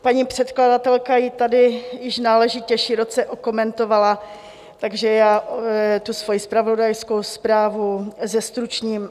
Paní předkladatelka ji tady již náležitě široce okomentovala, takže já svoji zpravodajskou zprávu zestručním.